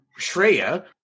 Shreya